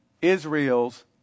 Israel's